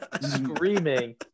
screaming